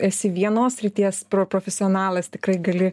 esi vienos srities pro profesionalas tikrai gali